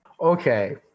Okay